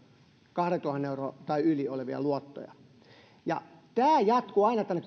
kahdentuhannen euron tai yli kahdentuhannen euron luottoja tämä jatkui aina tänne